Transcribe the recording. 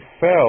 fell